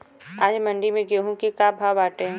आज मंडी में गेहूँ के का भाव बाटे?